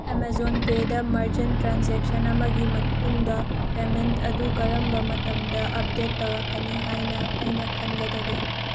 Amazon ꯄꯦꯗ ꯃꯥꯔꯆꯦꯟ transaction ꯑꯃꯒꯤ ꯃꯇꯨꯡꯗ ꯄꯦꯃꯦꯟ ꯑꯗꯨ ꯀꯔꯝꯕ ꯃꯇꯝꯗ ꯑꯞꯗꯦꯗ ꯇꯧꯔꯛꯀꯅꯤ ꯍꯥꯏꯅ ꯑꯩꯅ ꯈꯟꯒꯗꯒꯦ